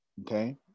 Okay